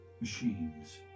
machines